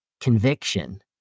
conviction